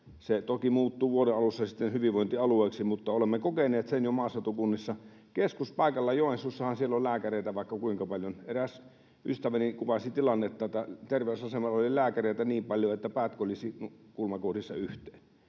Se toki muuttuu sitten vuoden alussa hyvinvointialueeksi, mutta olemme kokeneet sen jo maaseutukunnissa. Keskuspaikalla Joensuussahan on lääkäreitä vaikka kuinka paljon. Eräs ystäväni kuvasi tilannetta niin, että terveysasemalla oli lääkäreitä niin paljon, että päät kolisi kulmakohdissa yhteen,